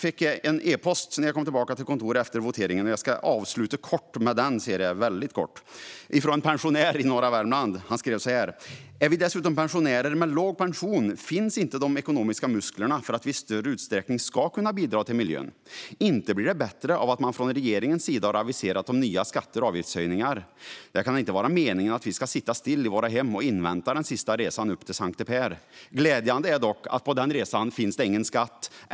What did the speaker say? När jag i går kom tillbaka till kontoret efter voteringen fick jag e-post från en pensionär i norra Värmland, som jag väldigt kort ska avsluta med att läsa upp. Han skrev så här: "Är vi dessutom pensionärer med låg pension finns inte de ekonomiska musklerna för att vi i större utsträckning ska kunna bidra till miljön. Inte blir det bättre av att det från regeringens sida har aviserats om nya skatter och avgiftshöjningar. Det kan inte vara meningen att vi ska sitta still i våra hem och invänta den sista resan upp till Sankte Per. Glädjande är dock att på den resan finns det då ingen skatt.